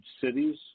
cities